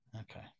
okay